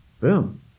Boom